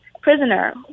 prisoner